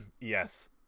Yes